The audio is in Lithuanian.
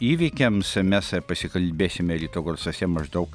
įvykiams mes pasikalbėsime ryto garsuose maždaug